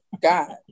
God